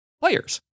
players